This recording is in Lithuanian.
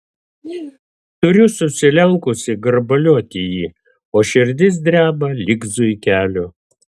turiu susilenkusi grabalioti jį o širdis dreba lyg zuikelio